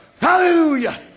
Hallelujah